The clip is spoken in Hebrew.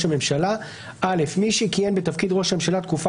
הממשלה 6א. (א) מי שכיהן בתפקיד ראש הממשלה תקופה